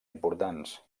importants